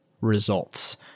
results